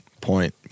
point